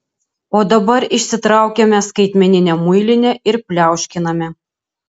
o dabar išsitraukiame skaitmeninę muilinę ir pliauškiname